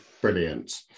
brilliant